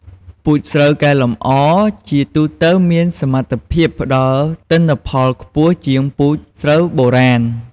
ពូជស្រូវកែលម្អជាទូទៅមានសមត្ថភាពផ្ដល់ទិន្នផលខ្ពស់ជាងពូជស្រូវបុរាណ។